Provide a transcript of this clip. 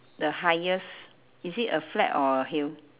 the highest is it a flat or a heel